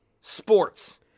sports